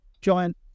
giant